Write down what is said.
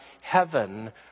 heaven